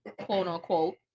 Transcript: quote-unquote